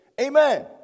Amen